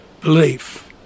belief